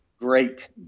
great